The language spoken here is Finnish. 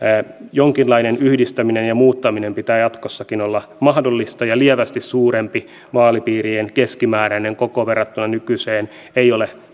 jonkinlainen yhdistäminen ja muuttaminen pitää jatkossakin olla mahdollista ja lievästi suurempi vaalipiirien keskimääräinen koko verrattuna nykyiseen ei ole